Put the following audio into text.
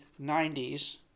90s